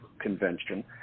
convention